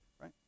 right